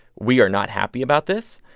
we are not happy about this,